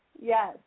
Yes